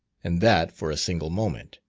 and that for a single moment.